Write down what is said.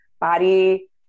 body